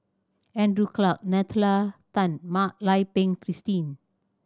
Andrew Clarke Nalla Tan Mak Lai Peng Christine